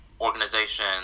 organization